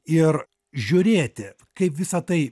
ir žiūrėti kaip visa tai